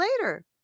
later